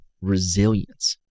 resilience